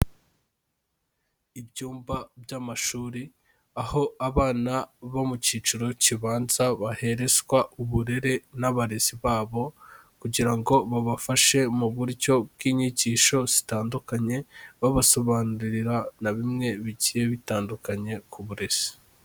Ibyumba by'amashuri, aho abana bo mu cyiciro kibanza baherezwa uburere n'abarezi babo kugira ngo babafashe mu buryo bw'inyigisho zitandukanye, babasobanurira na bimwe bigiye bitandukanye ku burezi.